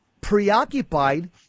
preoccupied